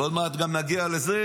ועוד מעט גם נגיע לזה?